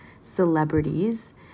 celebrities